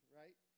right